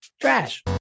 trash